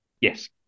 Yes